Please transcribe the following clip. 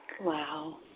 Wow